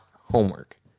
homework